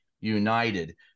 United